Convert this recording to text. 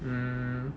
mm